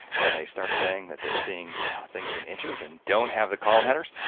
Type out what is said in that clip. and they start saying that they're seeing things in inches, and don't have the column headers.